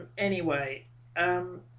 anyway um